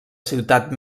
ciutat